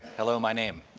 hello, my name.